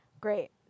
Great